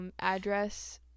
Address